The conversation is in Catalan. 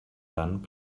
tant